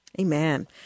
Amen